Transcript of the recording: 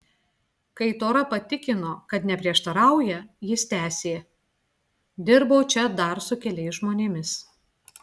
kai tora patikino kad neprieštarauja jis tęsė dirbau čia dar su keliais žmonėmis